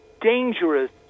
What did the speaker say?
dangerous